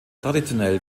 traditionell